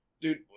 Dude